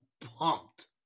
pumped